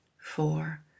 four